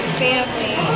family